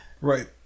right